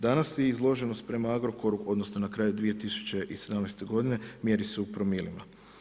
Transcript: Danas je izloženost prema Agrokoru, odnosno na kraju 2017. godine mjeri se u promilima.